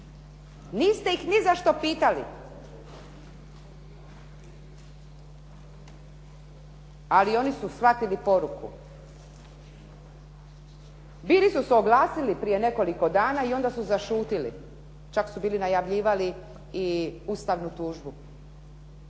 Niste ih nizašto pitali. Ali oni su shvatili poruku. Bili su se oglasili prije nekoliko dana i onda su zašutili, čak su bili najavljivali i ustavnu tužbu.